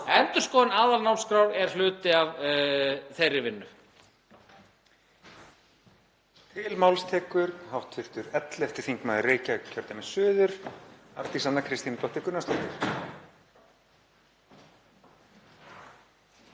Endurskoðun aðalnámskrár er hluti af þeirri vinnu.